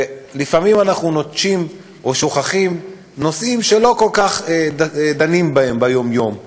ולפעמים אנחנו נוטשים או שוכחים נושאים שלא כל כך דנים בהם ביום-יום.